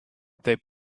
they